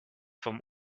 vom